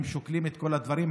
והם שוקלים את כל הדברים.